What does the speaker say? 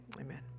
Amen